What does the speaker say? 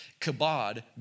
Kabod